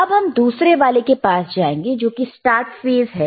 अब हम दूसरे वाले के पास जाएंगे जो कि स्टार्ट फेस है